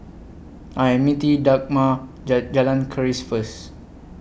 I Am meeting Dagmar Jalan Keris First